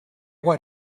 what